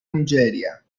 nigeria